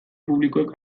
publikoek